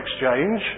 exchange